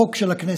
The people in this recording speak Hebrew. החוק של הכנסת.